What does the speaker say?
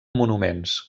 monuments